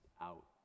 out